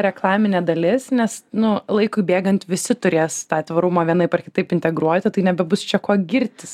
reklaminė dalis nes nu laikui bėgant visi turės tą tvarumą vienaip ar kitaip integruoti tai nebebus čia kuo girtis